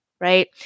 right